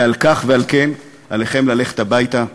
ועל כך, ועל כן, עליכם ללכת הביתה.